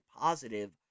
positive